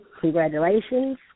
congratulations